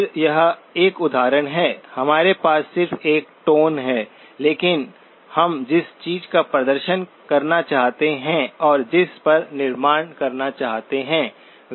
फिर यह एक उदाहरण है हमारे पास सिर्फ एक टोन है लेकिन हम जिस चीज का प्रदर्शन करना चाहते हैं और जिस पर निर्माण करना चाहते हैं वह है